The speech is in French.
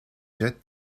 jette